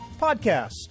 podcast